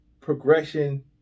progression